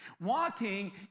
walking